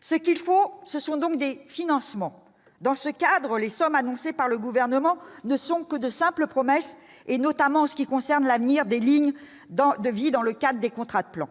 Ce qu'il faut, ce sont donc des financements. À cet égard, les sommes annoncées par le Gouvernement ne sont que de simples promesses, notamment pour ce qui concerne l'avenir des lignes de vie dans le cadre des contrats de plan.